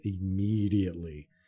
immediately